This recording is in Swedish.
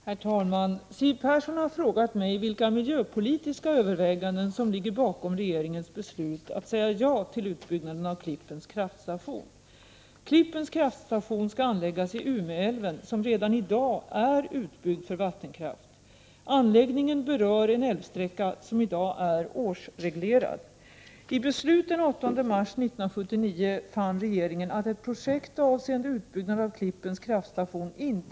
Herr talman! Siw Persson har frågat mig vilka miljöpolitiska överväganden som ligger bakom regeringens beslut att säga ja till utbyggnaden av Klippens kraftstation. Klippens kraftstation skall anläggas i Umeälven, som redan i dag är utbyggd för vattenkraft. Anläggningen berör en älvsträcka som i dag är årsreglerad.